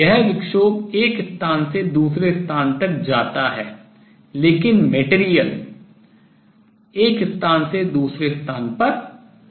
यह विक्षोभ एक स्थान से दूसरे स्थान तक जाता है लेकिन material air हवा एक स्थान से दूसरे स्थान पर नहीं जाती है